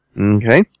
Okay